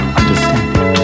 understanding